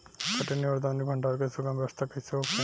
कटनी और दौनी और भंडारण के सुगम व्यवस्था कईसे होखे?